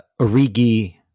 Origi